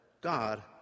God